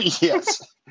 yes